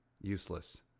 useless